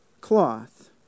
cloth